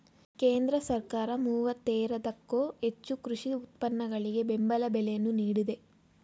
ಕೇಂದ್ರ ಸರ್ಕಾರ ಮೂವತ್ತೇರದಕ್ಕೋ ಹೆಚ್ಚು ಕೃಷಿ ಉತ್ಪನ್ನಗಳಿಗೆ ಬೆಂಬಲ ಬೆಲೆಯನ್ನು ನೀಡಿದೆ